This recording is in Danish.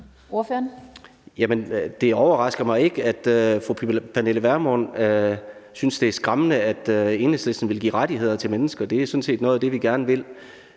det overrasker mig ikke, at fru Pernille Vermund synes, det er skræmmende, at Enhedslisten vil give rettigheder til mennesker. Det er sådan set noget af det, vi gerne vil.